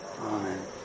Amen